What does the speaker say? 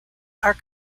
are